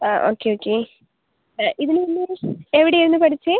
അ okay okay ഇവർ രണ്ടുപേരും എവിടെയാണ് പഠിച്ചത്